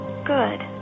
Good